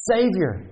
Savior